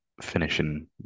finishing